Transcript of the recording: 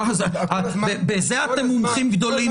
אה, בזה אתם מומחים גדולים.